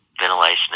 ventilation